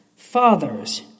Fathers